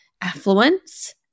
affluence